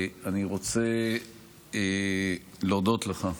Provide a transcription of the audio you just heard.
אני רוצה להודות לך,